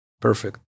Perfect